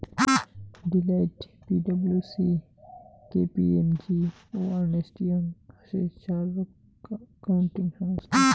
Deloitte, P W C, K P M G ও Ernst Young হসে চার accounting সংস্থা